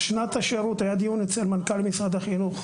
היה דיון אצל מנכ"ל משרד החינוך,